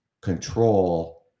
control